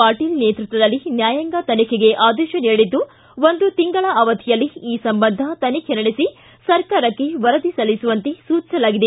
ಪಾಟೀಲ್ ನೇತೃತ್ವದಲ್ಲಿ ನ್ಯಾಯಾಂಗ ತನಿಖೆಗೆ ಆದೇಶ ನೀಡಿದ್ಲು ಒಂದು ತಿಂಗಳ ಅವಧಿಯಲ್ಲಿ ಈ ಸಂಬಂಧ ತನಿಖೆ ನಡೆಸಿ ಸರ್ಕಾರಕ್ಕೆ ವರದಿ ಸಲ್ಲಿಸುವಂತೆ ಸೂಚಿಸಲಾಗಿದೆ